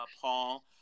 Paul